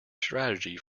strategy